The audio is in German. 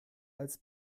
als